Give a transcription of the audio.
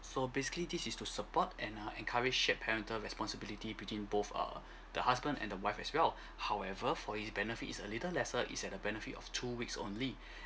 so basically this is to support and uh encourage shape parental responsibility between both err the husband and the wife as well however for his benefit is a little lesser is at the benefit of two weeks only